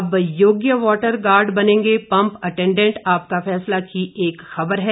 अब योग्य water guard बनेंगे पंप अटेंडेंट आपका फैसला की एक खबर है